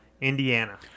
Indiana